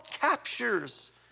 captures